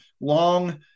long